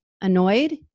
annoyed